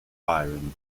byron